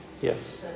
yes